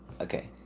okay